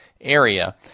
area